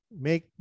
make